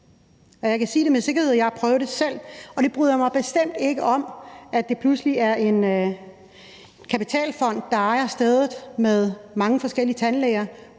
jeg kan sige det med sikkerhed, for jeg har prøvet det selv, og det bryder jeg mig bestemt ikke om, altså at det pludselig er en kapitalfond, der ejer af stedet med mange forskellige tandlæger,